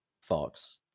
fox